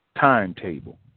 timetable